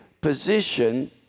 position